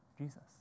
Jesus